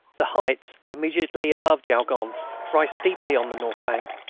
the heights immediately above jaulgonne rise steeply on the north bank,